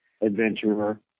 adventurer